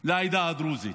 לעדה הדרוזית.